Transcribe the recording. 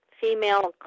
female